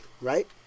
Right